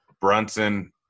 Brunson